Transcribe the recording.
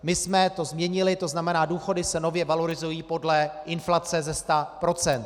My jsme to změnili, to znamená důchody se nově valorizují podle inflace ze 100 %.